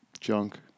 junk